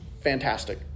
fantastic